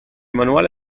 emanuele